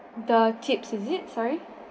the tips is it sorry